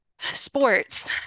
sports